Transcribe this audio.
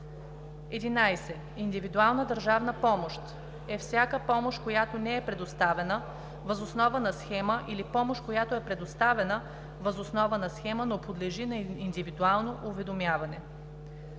11. „Индивидуална държавна помощ“ е всяка помощ, която не е предоставена въз основа на схема, или помощ, която е предоставена въз основа на схема, но подлежи на индивидуално уведомяване.